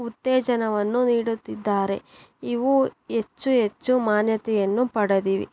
ಉತ್ತೇಜನವನ್ನು ನೀಡುತ್ತಿದ್ದಾರೆ ಇವು ಹೆಚ್ಚು ಹೆಚ್ಚು ಮಾನ್ಯತೆಯನ್ನು ಪಡೆದಿವೆ